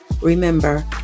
remember